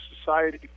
Society